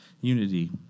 unity